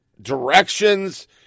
directions